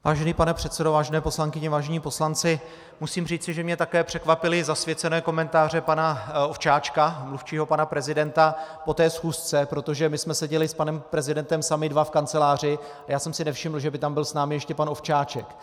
Vážený pane předsedo, vážené poslankyně, vážení poslanci, musím říci, že mě také překvapily zasvěcené komentáře pana Ovčáčka, mluvčího pana prezidenta, po té schůzce, protože my jsme seděli s panem prezidentem sami dva v kanceláři a já jsem si nevšiml, že by tam byl s námi ještě pan Ovčáček.